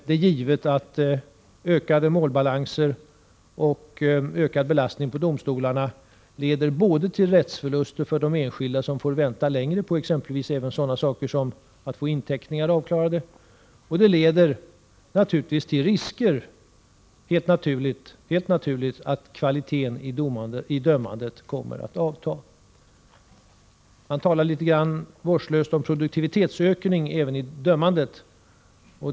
Det är givet att ökade målbalanser och ökad belastning på domstolarna leder till rättsförluster för de enskilda, som får vänta längre på exempelvis även sådant som att få inteckningar avklarade, och det leder helt naturligt också till risker för att kvaliteten i dömandet kommer att avta. Man talar litet grand vårdslöst om produktivitetsökningar även i dömandet.